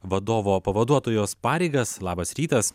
vadovo pavaduotojos pareigas labas rytas